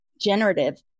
Generative